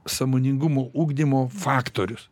sąmoningumo ugdymo faktorius